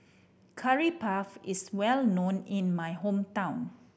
Curry Puff is well known in my hometown